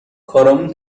کارامون